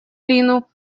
линну